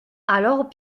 alors